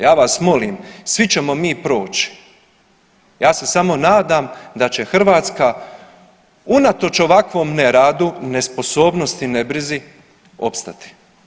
Ja vas molim, svi ćemo mi proći, ja se samo nadam da će Hrvatska unatoč ovakvom neradu, nesposobnosti, nebrizi opstati.